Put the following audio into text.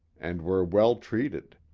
and were well treated.